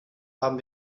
haben